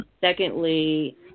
secondly